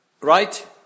right